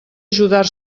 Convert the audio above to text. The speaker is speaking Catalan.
ajudar